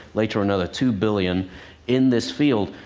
later another two billion in this field.